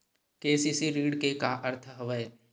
KCC ऋण के का अर्थ हवय?